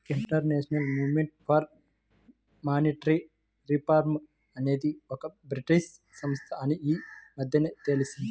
international movement for monetary reform అనేది ఒక British సంస్థ అని ఈ మధ్యనే తెలిసింది